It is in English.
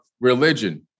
religion